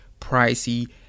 pricey